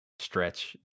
stretch